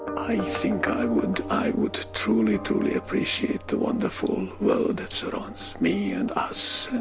i think i would i would truly, truly appreciate the wonderful world that surrounds me and us,